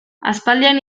aspaldian